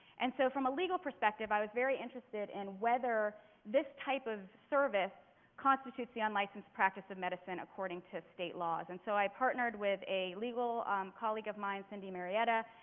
and so from a legal perspective i was very interested in whether this type of service constitutes the unlicensed practice of medicine according to state laws. and so i partnered with a legal colleague of mine, cindy marietta,